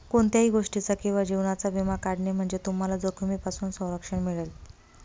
कोणत्याही गोष्टीचा किंवा जीवनाचा विमा काढणे म्हणजे तुम्हाला जोखमीपासून संरक्षण मिळेल